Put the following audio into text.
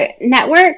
network